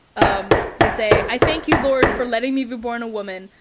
um they say, i thank you, lord for letting me be born a woman,